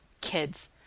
kids